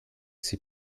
sie